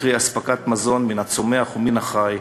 קרי אספקת מזון מן הצומח ומן החי,